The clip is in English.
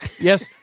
Yes